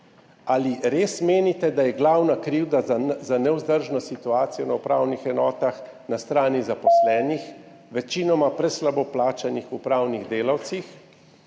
Ali res menite, da je glavna krivda za nevzdržno situacijo na upravnih enotah na strani zaposlenih, večinoma preslabo plačanih upravnih delavcih?